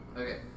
Okay